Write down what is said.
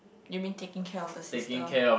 you mean taking care of the sister